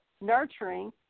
nurturing